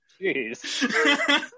Jeez